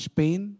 pain